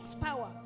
power